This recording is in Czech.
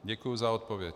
Děkuji za odpověď.